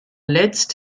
letzt